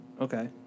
Okay